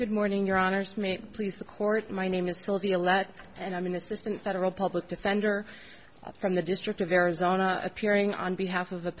good morning your honour's may please the court my name is sylvia lat and i'm in assistant federal public defender from the district of arizona appearing on behalf of